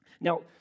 Now